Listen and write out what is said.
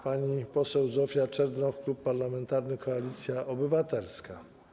Pani poseł Zofia Czernow, Klub Parlamentarny Koalicja Obywatelska.